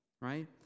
right